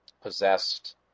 possessed